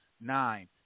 nine